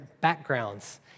backgrounds